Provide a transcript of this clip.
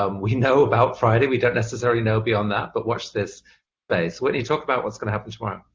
um we know about friday. we don't necessarily know beyond that. but watch this space. whitney, talk about what's going to happen tomorrow.